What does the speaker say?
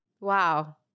Wow